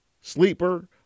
sleeper